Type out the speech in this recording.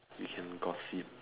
we can gossip